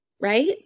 right